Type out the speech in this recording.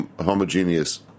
homogeneous